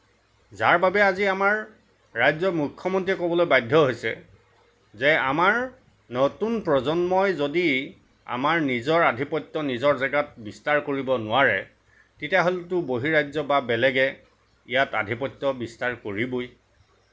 যাৰ বাবে আজি আমাৰ ৰাজ্যৰ মুখ্যমন্ত্ৰীয়ে ক'বলৈ বাধ্য হৈছে যে আমাৰ নতুন প্ৰজন্মই যদি আমাই নিজৰ আধিপত্য নিজৰ জেগাত বিস্তাৰ কৰিব নোৱাৰে তেতিয়াহ'লেতো বহি ৰাজ্য বা বেলেগে ইয়াত আধিপত্য বিস্তাৰ কৰিবই